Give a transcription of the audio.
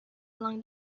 along